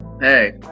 hey